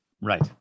right